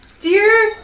Dear